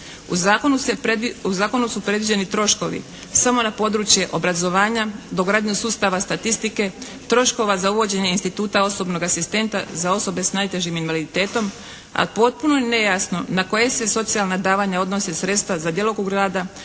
U zakonu su predviđeni troškovi samo na područje obrazovanja, dogradnju sustava statistike, troškova za uvođenje instituta osobnog asistenta za osobe s najtežim invaliditetom, a potpuno je nejasno na koje se socijalna davanja odnose sredstva za djelokrug rada,